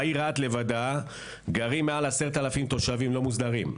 בעיר רהט לבדה גרים 10,000 תושבים לא מוסדרים,